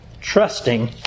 trusting